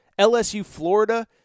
LSU-Florida